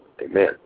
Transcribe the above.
Amen